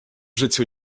życiu